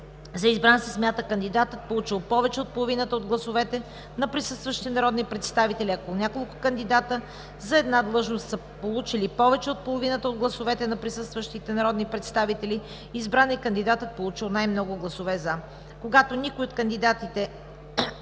За избран се смята кандидатът, получил повече от половината от гласовете на присъстващите народни представители. Ако няколко кандидати за една длъжност са получили повече от половината от гласовете на присъстващите народни представители, избран е кандидатът, получил най-много гласове „за“. 8. Когато никой от кандидатите